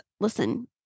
listen